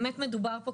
מדובר פה,